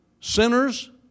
sinners